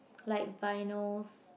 like vinyls